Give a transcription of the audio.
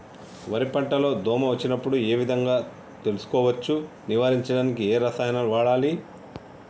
వరి పంట లో దోమ వచ్చినప్పుడు ఏ విధంగా తెలుసుకోవచ్చు? నివారించడానికి ఏ రసాయనాలు వాడాలి?